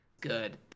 good